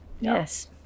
yes